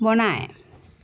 বনায়